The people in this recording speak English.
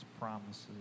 promises